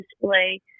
display